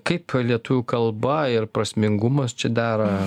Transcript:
kaip lietuvių kalba ir prasmingumas čia daro